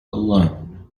alone